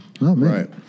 Right